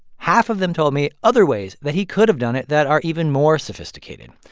half of them told me other ways that he could have done it that are even more sophisticated.